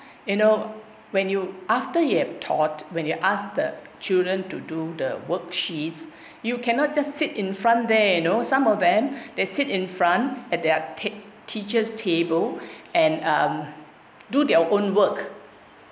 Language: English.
you know when you after you have taught when you asked the children to do the worksheets you cannot just sit in front there you know some of them they sit in front at their te~ teacher's table and do their own work